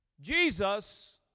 Jesus